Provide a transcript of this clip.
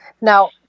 Now